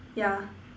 yeah